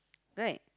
right